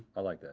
i like that.